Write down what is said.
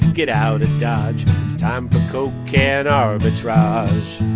get out of dodge. it's time for coke can arbitrage.